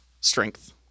strength